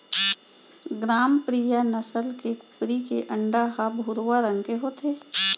ग्रामप्रिया नसल के कुकरी के अंडा ह भुरवा रंग के होथे